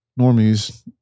normies